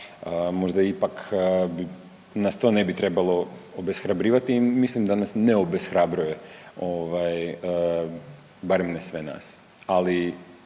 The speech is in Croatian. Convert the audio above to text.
možda pak nas to ne bi trebalo obeshrabrivati i mislim da nas ne obeshrabruje. Barem ne sve nas